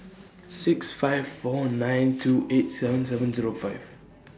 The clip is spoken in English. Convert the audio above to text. six five four nine two eight seven seven Zero five